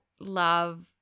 love